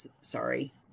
sorry